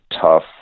tough